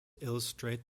illustrate